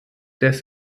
des